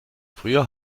früher